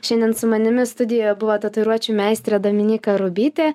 šiandien su manimi studijoje buvo tatuiruočių meistrė dominyka rubytė